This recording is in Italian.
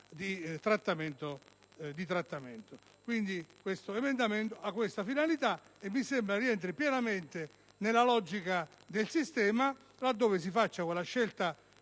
di trattamento. Quindi, questo emendamento ha tale finalità e mi sembra rientri pienamente nella logica del sistema, laddove si faccia quella scelta